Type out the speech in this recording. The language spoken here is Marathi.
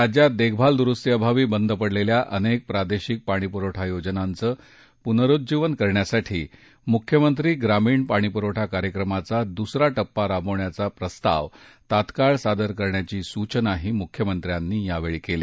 राज्यात देखभाल दुरुस्ती अभावी बंद पडलेल्या अनेक प्रादेशिक पाणीपुरवठा योजनांचं पुनरुज्जीवन करण्यासाठी मुख्यमंत्री ग्रामीण पाणीपुरवठा कार्यक्रमाचा दुसरा टप्पा राबवण्याचा प्रस्ताव तत्काळ सादर करण्याची सूचनाही मुख्यमंत्र्यांनी यावेळी केली